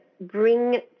bring